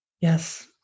Yes